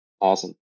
Awesome